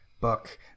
book